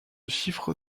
chiffre